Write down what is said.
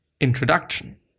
introduction